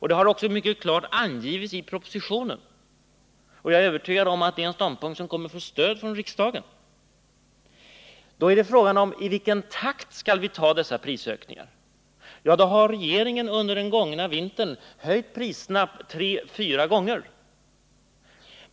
Detta har också mycket klart angivits i propositionen. Jag är övertygad om att det är en ståndpunkt som kommer att få stöd av riksdagen. Då gäller frågan i vilken takt vi skall ta dessa prisökningar. Regeringen har under den gångna vintern höjt priserna tre fyra gånger.